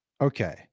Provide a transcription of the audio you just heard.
Okay